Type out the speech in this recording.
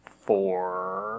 four